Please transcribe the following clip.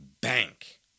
bank